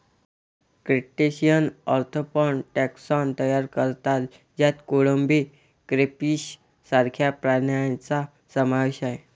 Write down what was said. crustaceans arthropod taxon तयार करतात ज्यात कोळंबी, क्रेफिश सारख्या प्राण्यांचा समावेश आहे